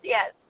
Yes